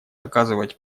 оказывать